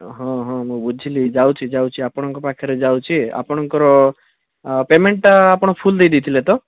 ହଁ ହଁ ମୁଁ ବୁଝିଲି ଯାଉଛି ଯାଉଛି ଆପଣଙ୍କର ପାଖେରେ ଯାଉଛି ଆପଣଙ୍କର ପେମେଣ୍ଟ ଟା ଆପଣ ଫୁଲ ଦେଇ ଦେଇଥିଲେ ତ